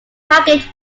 package